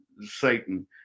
satan